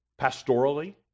Pastorally